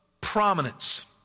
prominence